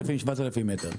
6,000 ו-7,000 מטר.